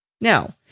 Now